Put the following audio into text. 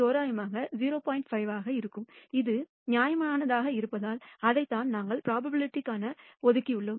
5 ஆகவும் இருக்கும் அது நியாயமானதாக இருப்பதால் அதைத்தான் நாங்கள் ப்ரோபபிலிட்டிகளாக ஒதுக்கியுள்ளோம்